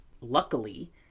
luckily